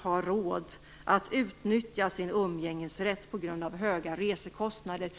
har råd att utnyttja sin umgängesrätt på grund av höga resekostnader.